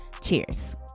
Cheers